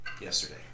yesterday